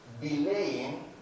delaying